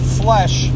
flesh